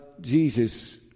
Jesus